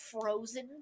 frozen